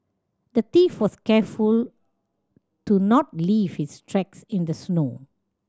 the thief was careful to not leave his tracks in the snow